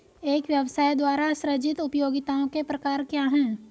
एक व्यवसाय द्वारा सृजित उपयोगिताओं के प्रकार क्या हैं?